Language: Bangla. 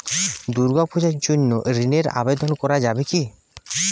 দুর্গাপূজার জন্য ঋণের আবেদন করা যাবে কি?